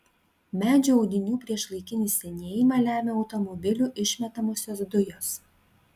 medžių audinių priešlaikinį senėjimą lemia automobilių išmetamosios dujos